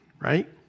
Right